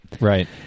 Right